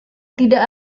tidak